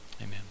Amen